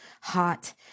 hot